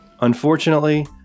Unfortunately